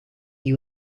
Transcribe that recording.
you